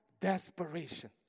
desperation